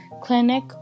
clinic